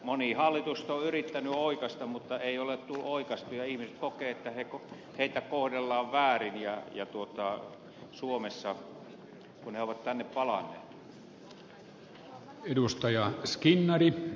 moni hallitus sitä on yrittänyt oikaista mutta ei ole tullut oikaistua ja ihmiset kokevat että heitä kohdellaan väärin suomessa kun he ovat tänne palanneet